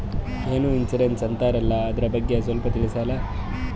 ಏನೋ ಇನ್ಸೂರೆನ್ಸ್ ಅಂತಾರಲ್ಲ, ಅದರ ಬಗ್ಗೆ ಸ್ವಲ್ಪ ತಿಳಿಸರಲಾ?